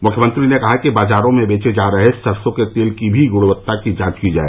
मृष्यमंत्री ने कहा कि बाजारों में बेचे जा रहे सरसों के तेल की भी गृणवत्ता की जांच की जाए